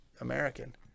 american